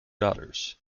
daughters